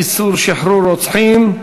איסור שחרור רוצחים),